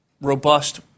robust